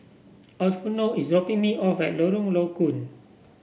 Arnulfo is dropping me off at Lorong Low Koon